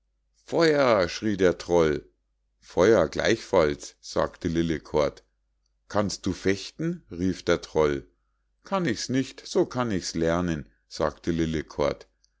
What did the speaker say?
feuer schrie der troll feuer gleichfalls sagte lillekort kannst du fechten rief der troll kann ich's nicht so kann ich's lernen sagte